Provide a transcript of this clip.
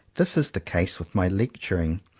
this is the case with my lecturing.